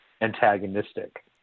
antagonistic